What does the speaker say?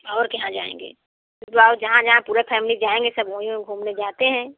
और कहाँ जाएँगे जो जहाँ जहाँ पूरे फ़ैमली जाएँगे सब वहीं वहीं घूमने जाते हैं